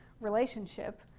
relationship